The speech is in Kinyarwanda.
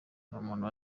n’umuntu